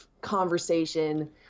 conversation